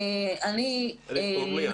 אורלי,